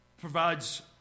provides